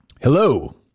Hello